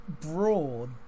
broad